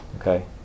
Okay